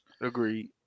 Agreed